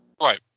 Right